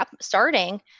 starting